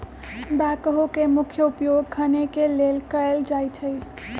backhoe के मुख्य उपयोग खने के लेल कयल जाइ छइ